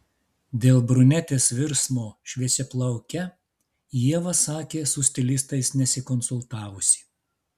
dėl brunetės virsmo šviesiaplauke ieva sakė su stilistais nesikonsultavusi